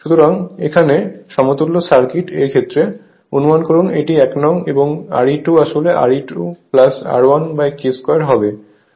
সুতরাং এখানে সমতুল্য সার্কিট এর ক্ষেত্রে অনুমান করুন এটি 1নং এবং Re2 আসলে R2 R1K2 হবে